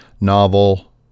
novel